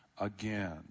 again